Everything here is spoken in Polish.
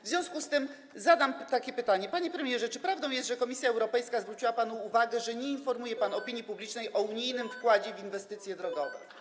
W związku z tym zadam takie pytanie: Panie premierze, czy prawdą jest, że Komisja Europejska zwróciła panu uwagę, że nie informuje pan opinii publicznej o unijnym wkładzie w inwestycje drogowe?